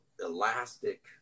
elastic